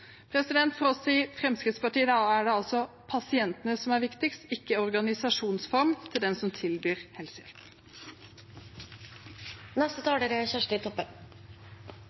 For oss i Fremskrittspartiet er det pasientene som er viktigst, ikke organisasjonsformen til den som tilbyr